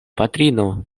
patrino